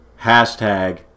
Hashtag